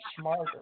smarter